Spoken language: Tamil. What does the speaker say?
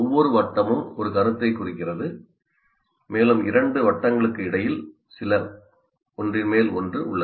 ஒவ்வொரு வட்டமும் ஒரு கருத்தை குறிக்கிறது மேலும் இரண்டு வட்டங்களுக்கு இடையில் சில ஒன்றின் மேல் ஒன்று உள்ளது